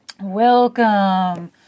Welcome